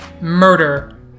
murder